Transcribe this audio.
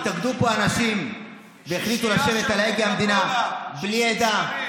התאגדו פה אנשים והחליטו לשבת על הגה המדינה בלי ידע,